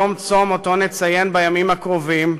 יום צום שנציין בימים הקרובים,